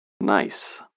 Nice